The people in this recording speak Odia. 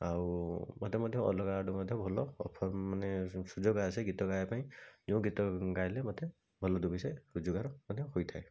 ଆଉ ମୋତେ ମଧ୍ୟ ଅଲଗା ଆଡ଼ୁ ମଧ୍ୟ ଭଲ ଅଫର୍ ମାନେ ସୁଯୋଗ ଆସେ ଗୀତ ଗାଇବାପାଇଁ ଯୋଉ ଗୀତ ଗାଇଲେ ମୋତେ ଭଲ ଦୁଇ ପଇସା ରୋଜଗାର ମଧ୍ୟ ହୋଇଥାଏ